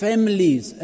Families